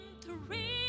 three